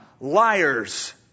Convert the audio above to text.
Liars